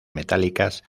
metálicas